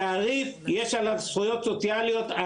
התעריף יש עליו זכויות סוציאליות.